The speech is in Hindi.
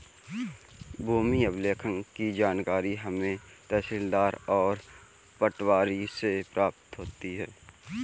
भूमि अभिलेख की जानकारी हमें तहसीलदार और पटवारी से प्राप्त होती है